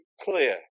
clear